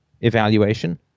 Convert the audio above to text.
evaluation